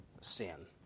sin